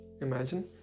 Imagine